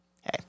hey